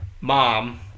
mom